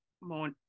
more